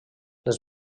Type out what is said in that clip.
les